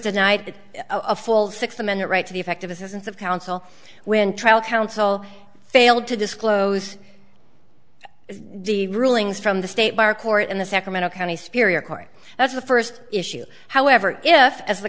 denied a full sixth amendment right to the effective assistance of counsel when trial counsel failed to disclose the rulings from the state bar court and the sacramento county superior court that's the first issue however if as the